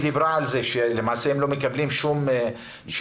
היא גם דיברה על כך שהם לא מקבלים שום הטבות